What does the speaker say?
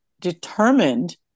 determined